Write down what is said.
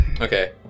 okay